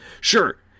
Sure